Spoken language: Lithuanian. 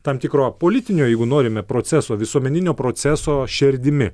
tam tikro politinio jeigu norime proceso visuomeninio proceso šerdimi